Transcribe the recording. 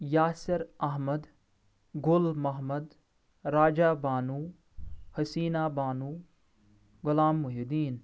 Yasir Ahmad Gul Mohammad Raja Bano Haseena Bano Ghulam Mohi Uddin